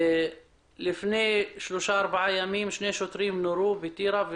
לפני שלושה ימים שני שוטרים נורו בטירה,